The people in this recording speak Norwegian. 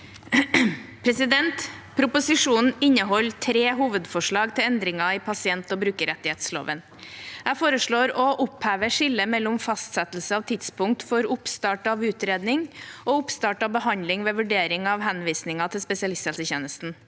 Proposisjonen inneholder tre hovedforslag til endringer i pasient- og brukerrettighetsloven. Jeg foreslår å oppheve skillet mellom fastsettelse av tidspunkt for oppstart av utredning og oppstart av behandling ved vurdering av henvisninger til spesialisthelsetjenesten.